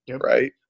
Right